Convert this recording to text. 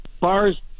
bars